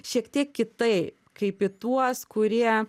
šiek tiek kitaip kaip į tuos kurie